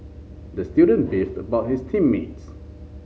the student beefed about his team mates